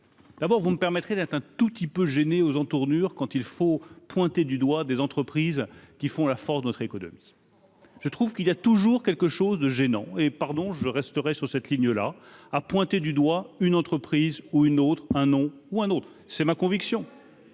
D'abord, vous me permettrez d'être un tout petit peu gêné aux entournures quand il faut pointer du doigt des entreprises qui font la force de notre économie, je trouve qu'il y a toujours quelque chose de gênant et pardon je resterai sur cette ligne-là a pointé du doigt une entreprise ou une autre, un nom ou un autre, c'est ma conviction,